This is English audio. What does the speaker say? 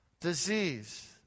disease